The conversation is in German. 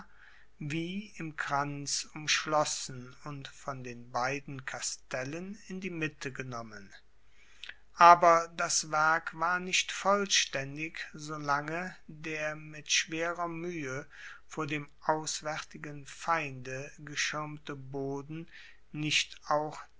wie im kranz umschlossen und von den beiden kastellen in die mitte genommen aber das werk war nicht vollstaendig solange der mit schwerer muehe vor dem auswaertigen feinde geschirmte boden nicht auch